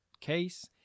case